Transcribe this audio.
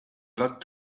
lot